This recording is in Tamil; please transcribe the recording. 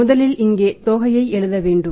முதலில் இங்கே தொகையை எழுதுவோம்